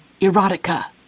Erotica